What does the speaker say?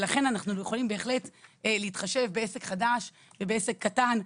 לכן אנחנו יכולים להתחשב בעסק חדש ובעסק קטן,